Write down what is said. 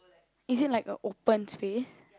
is it like a open space